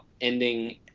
ending